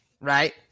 right